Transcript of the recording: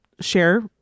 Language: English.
share